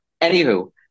anywho